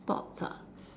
sports ah